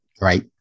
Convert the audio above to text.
Right